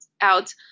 out